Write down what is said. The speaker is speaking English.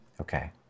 Okay